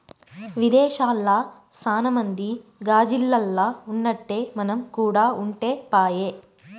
విదేశాల్ల సాన మంది గాజిల్లల్ల ఉన్నట్టే మనం కూడా ఉంటే పాయె